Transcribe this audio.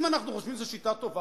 אם אנחנו חושבים שזו שיטה טובה,